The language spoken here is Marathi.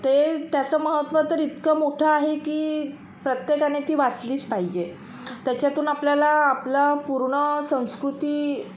ते त्याचं महत्त्व तर इतकं मोठं आहे की प्रत्येकाने ती वाचलीच पाहिजे त्याच्यातून आपल्याला आपलं पूर्ण संस्कृती